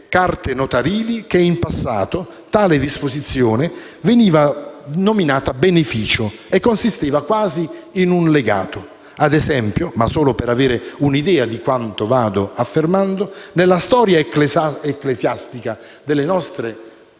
carte notarili, che, in passato, tale disposizione veniva nominata "beneficio" e consisteva quasi in un legato. Ad esempio, ma solo per avere un'idea di quanto vado affermando, nella storia ecclesiastica delle nostre